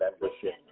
membership